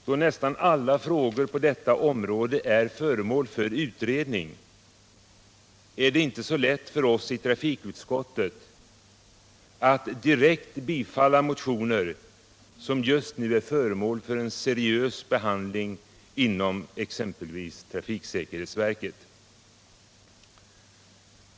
Då nästan alla frågor på detta område är föremål för utredning, är det inte så lätt för oss i trafikutskottet att direkt tillstyrka motioner i frågor, som just nu är föremål för en seriös behandling inom exempelvis trafiksäkerhetsverket.